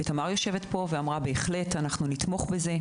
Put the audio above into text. תמר יושבת פה ואמרה שהם יתמכו בזה.